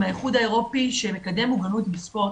האיחוד האירופי שמקדם מוגנות בספורט,